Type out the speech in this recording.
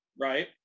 right